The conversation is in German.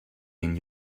den